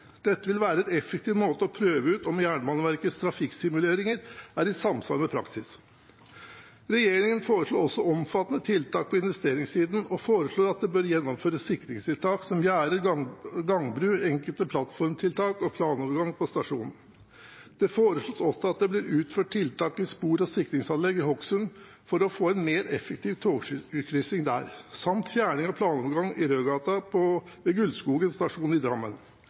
Dette vil være en effektiv måte for å prøve ut om Jernbaneverkets trafikksimuleringer er i samsvar med praksis. Regjeringen foreslår også omfattende tiltak på investeringssiden og foreslår at det bør gjennomføres sikringstiltak som gjerder, gangbru, enkle plattformtiltak og planovergang på stasjonen. Det foreslås også at det blir utført tiltak i spor og sikringsanlegg i Hokksund for å få en mer effektiv togkryssing der, samt fjerning av planovergangen i Rødgata ved Gulskogen stasjon i Drammen.